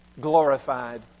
glorified